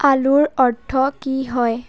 আলুৰ অৰ্থ কি হয়